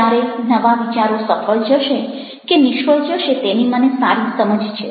ક્યારે નવા વિચારો સફળ જશે કે નિષ્ફળ જશે તેની મને સારી સમજ છે